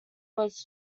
was